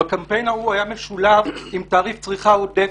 כאשר בקמפיין ההוא היה משולב תעריף צריכה עודפת.